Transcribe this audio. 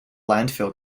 landfill